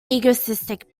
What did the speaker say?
egoistic